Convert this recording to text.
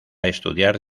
estudiar